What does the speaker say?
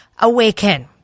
awaken